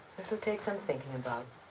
this'll take some thinking about.